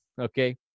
okay